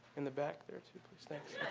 in the back there, too, please. thanks.